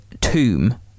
tomb